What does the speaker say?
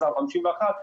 מחז"ם 51,